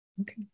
Okay